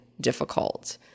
difficult